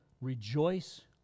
rejoice